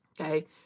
okay